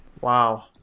Wow